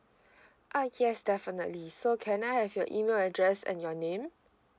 uh yes definitely so can I have your email address and your name